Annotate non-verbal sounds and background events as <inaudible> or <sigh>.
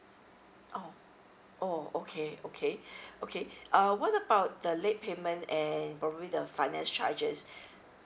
oh oh okay okay <breath> okay <breath> uh what about the late payment and probably the finance charges <breath>